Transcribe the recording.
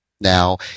now